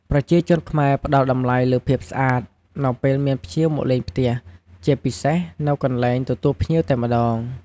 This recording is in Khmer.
ប្រជាជនខ្មែរផ្ដល់តម្លៃលើភាពស្អាត នៅពេលមានភ្ញៀវមកលេងផ្ទះ ជាពិសេសនៅកន្លែងទទួលភ្ញៀវតែម្ដង។